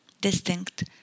Distinct